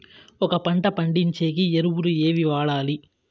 ఒక పంట పండించేకి ఎరువులు ఏవి వాడాలి?